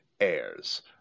heirs